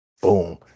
boom